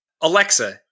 Alexa